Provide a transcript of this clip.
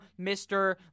Mr